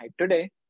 today